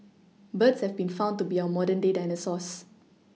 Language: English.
birds have been found to be our modern day dinosaurs